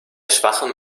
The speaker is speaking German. schwachem